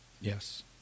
Yes